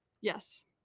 Yes